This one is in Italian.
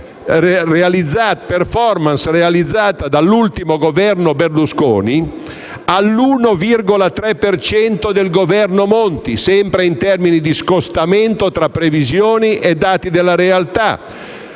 *performance* realizzata dall'ultimo Governo Berlusconi) all'1,3 per cento del Governo Monti (sempre in termini di scostamento tra previsioni e dati della realtà),